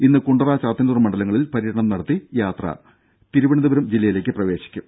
ഇന്ന് കുണ്ടറ ചാത്തന്നൂർ മണ്ഡലങ്ങളിൽ പര്യടനം നടത്തി യാത്ര തിരുവനന്തപുരം ജില്ലയിലേക്ക് പ്രവേശിക്കും